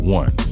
one